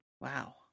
Wow